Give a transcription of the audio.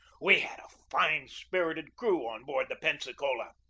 we had a fine-spirited crew on board the pensacola,